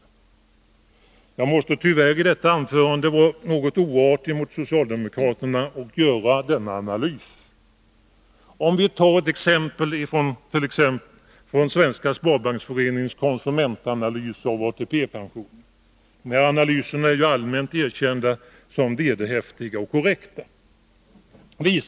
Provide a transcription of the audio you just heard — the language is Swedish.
Torsdagen den Jag måste tyvärr i detta anförande vara något oartig mot socialdemokra 10 december 1981 terna och göra denna analys. Låt mig ta ett exempel från Svenska LL sparbanksföreningens konsumentanalyser av ATP-pensioner — dessa analy = Sättet att fastställa ser är ju allmänt erkända som vederhäftiga och korrekta.